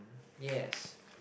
yes